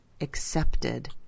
accepted